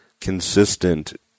consistent